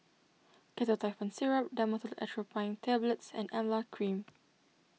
Ketotifen Syrup Dhamotil Atropine Tablets and Emla Cream